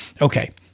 Okay